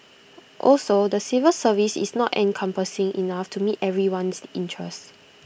also the civil service is not encompassing enough to meet everyone's interest